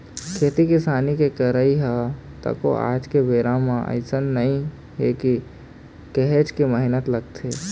खेती किसानी के करई ह तको आज के बेरा म अइसने नइ हे काहेच के मेहनत लगथे